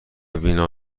وینا